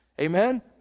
Amen